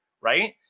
Right